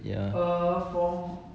yeah